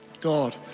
God